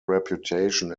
reputation